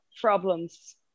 problems